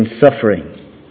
suffering